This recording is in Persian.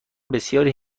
بسیاری